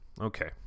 Okay